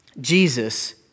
Jesus